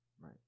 right